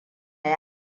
yi